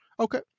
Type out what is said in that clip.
Okay